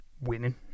winning